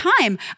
time